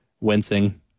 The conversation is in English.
wincing